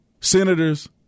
senators